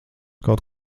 kaut